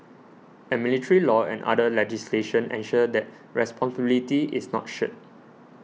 and military law and other legislation ensure that responsibility is not shirked